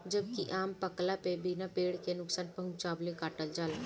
जबकि आम पकला पे बिना पेड़ के नुकसान पहुंचवले काटल जाला